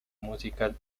musical